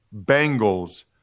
Bengals